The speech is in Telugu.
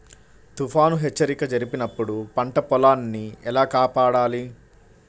తుఫాను హెచ్చరిక జరిపినప్పుడు పంట పొలాన్ని ఎలా కాపాడాలి?